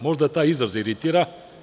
Možda taj izraz iritira.